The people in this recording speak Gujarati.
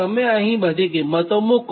તમે અહીં બધી કિંમતો મૂકો